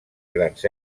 grans